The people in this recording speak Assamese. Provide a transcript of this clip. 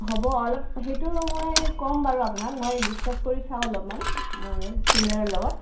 হ'ব অলপ সেইটো মই ক'ম বাৰু আপোনাক মই ডিচকাছ কৰি চাওঁ অলপমান মোৰ ছিনিয়ৰৰ লগত